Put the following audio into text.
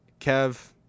Kev